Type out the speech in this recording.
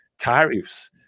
tariffs